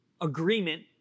agreement